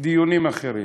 דיונים אחרים.